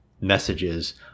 messages